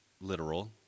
literal